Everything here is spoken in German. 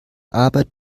arbeit